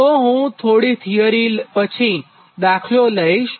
તો હું થોડી થીયરી પછી દાખલો લઇશ